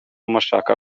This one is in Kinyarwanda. mushaka